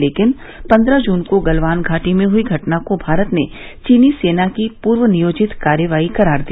लेकिन पन्द्रह जून को गलवान घाटी में हुई घटना को भारत ने चीनी सेना की पूर्वनियोजित कार्रवाई करार दिया